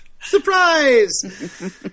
surprise